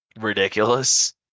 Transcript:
Ridiculous